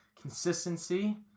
consistency